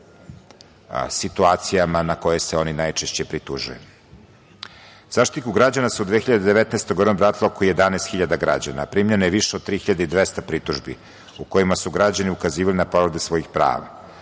situacijama na koje se oni najčešće pritužuju.Zaštitniku građana su 2019. godine vratilo oko 11.000 građana, a primljeno je više od 3.200 pritužbi u kojima su građani ukazivali na povrede svojih prava.